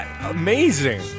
amazing